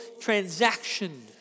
transaction